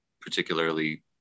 particularly